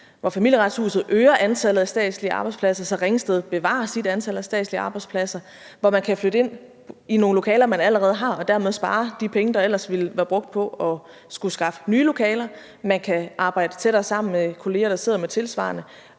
hvor Familieretshuset øger antallet af statslige arbejdspladser, så Ringsted bevarer sit antal af statslige arbejdspladser, og hvor man kan flytte ind i nogle lokaler, man allerede har, og dermed spare de penge, der ellers ville være brugt på at skulle skaffe nye lokaler. Man kan arbejde tættere sammen med kollegaer, der sidder med tilsvarende.